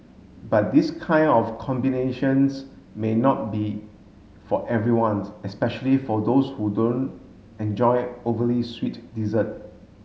but this kind of combinations may not be for everyone especially for those who don't enjoy overly sweet dessert